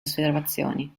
osservazioni